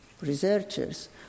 researchers